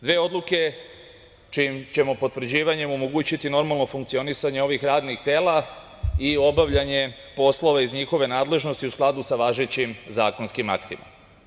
Dve odluke čijim ćemo potvrđivanjem omogućiti normalno funkcionisanje ovih radnih tela i obavljanje poslova iz njihove nadležnosti u skladu sa važećim zakonskim aktima.